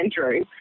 Andrew